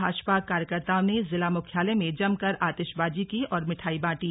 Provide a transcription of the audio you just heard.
भाजपा कार्यकर्ताओ ने जिला मुख्यालय में जमकर आतिशबाजी की और मिठाई बांटी